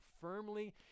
firmly